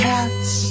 Cats